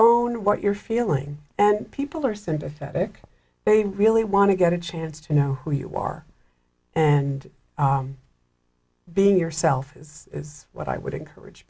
own what you're feeling and people are sympathetic they really want to get a chance to know who you are and being yourself is is what i would encourage